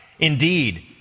Indeed